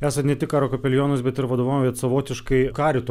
esat ne tik karo kapelionus bet ir vadovaujat savotiškai karito